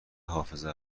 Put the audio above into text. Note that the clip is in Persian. حافظه